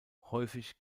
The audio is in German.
häufig